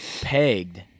pegged